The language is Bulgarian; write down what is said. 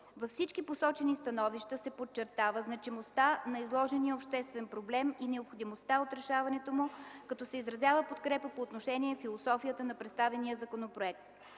Във всички посочени становища се подчертава значимостта на изложения обществен проблем и необходимостта от решаването му, като се изразява подкрепа по отношение философията на представения законопроект.